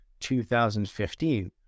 2015